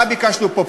מה ביקשנו פה?